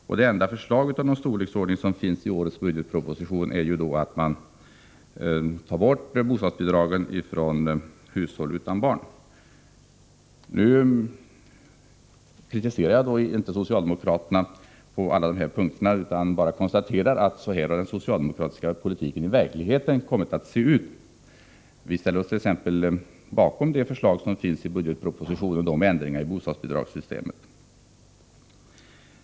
Det enda förslag av någon storleksordning som finns i årets budgetproposition är att ta bort bostadsbidragen från hushåll utan barn. Jag kritiserar inte socialdemokraterna på alla dessa punkter, utan jag har bara velat konstatera att det är så här den socialdemokratiska politiken i verkligheten har kommit att se ut. Vi ställer oss t.ex. bakom förslaget i budgetpropositionen om ändringar i bostadsbidragssystemet.